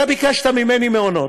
אתה ביקשת ממני מעונות,